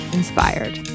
inspired